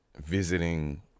visiting